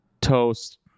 toast